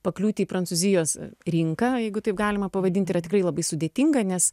pakliūti į prancūzijos rinką jeigu taip galima pavadint yra tikrai labai sudėtinga nes